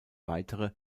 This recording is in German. weitere